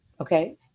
okay